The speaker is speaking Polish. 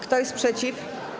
Kto jest przeciw?